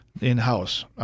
in-house